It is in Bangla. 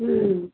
হুম